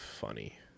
funny